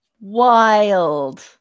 wild